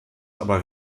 aber